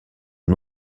aux